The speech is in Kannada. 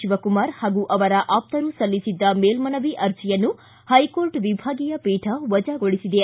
ಶಿವಕುಮಾರ್ ಹಾಗೂ ಅವರ ಆಪ್ತರು ಸಲ್ಲಿಸಿದ್ದ ಮೇಲ್ಮನವಿ ಅರ್ಜೆಯನ್ನು ಹೈಕೋರ್ಟ್ ವಿಭಾಗೀಯ ಪೀಠ ವಜಾಗೊಳಿಸಿದೆ